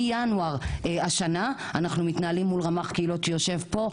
מינואר השנה אנחנו מתנהלים מול רמ"ח קהילות שיושב פה.